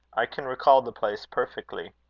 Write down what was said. i can recall the place perfectly.